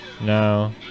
No